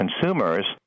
consumers